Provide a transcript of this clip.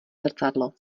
zrcadlo